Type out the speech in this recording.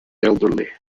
elderly